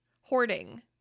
Hoarding